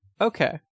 Okay